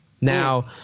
Now